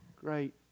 Great